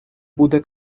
буде